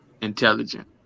Intelligent